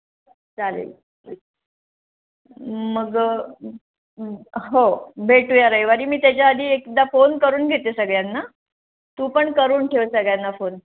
चालेल चालेल मग हो भेटूया रविवारी मी त्याच्या आधी एकदा फोन करून घेते सगळ्यांना तू पण करून ठेव सगळ्यांना फोन